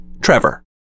Trevor